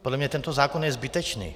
Podle mě tento zákon je zbytečný.